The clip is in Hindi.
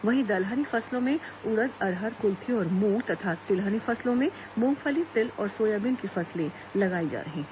वहीं दलहनी फसलों में उड़द अरहर कुल्थी और मूंग तथा तिलहनी फसलों में मूंगफली तिल और सोयाबीन की फसलें लगाई जा रही हैं